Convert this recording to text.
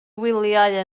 wyliau